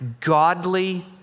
godly